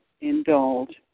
indulge